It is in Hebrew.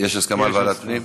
יש הסכמה על ועדת הפנים?